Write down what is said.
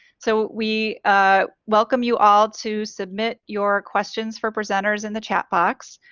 so we ah welcome you all to submit your questions for presenters in the chat box.